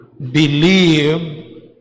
Believe